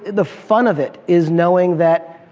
the fun of it is knowing that